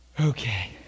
okay